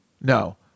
No